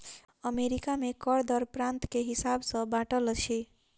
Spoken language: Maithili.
अमेरिका में कर दर प्रान्त के हिसाब सॅ बाँटल अछि